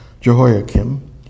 Jehoiakim